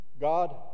God